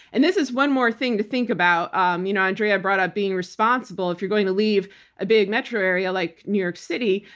and this is one more thing to think about. um you know andrea brought up being responsible. if you're going to leave a big metro area like new york city,